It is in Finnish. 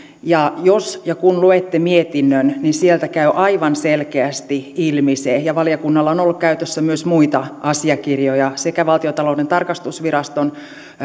jos ja kun luette mietinnön niin sieltä se käy aivan selkeästi ilmi ja valiokunnalla on on ollut käytössä myös muita asiakirjoja sekä valtiontalouden tarkastusviraston